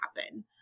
happen